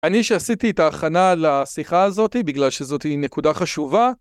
אני שעשיתי את ההכנה לשיחה הזאת בגלל שזאתי נקודה חשובה.